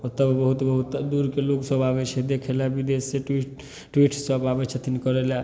ओतऽ बहुत बहुत दूरके लोकसभ आबै छै देखैलए विदेशी टूरिस्ट टूरिस्टसभ आबै छथिन करैलए